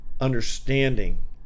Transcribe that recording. understanding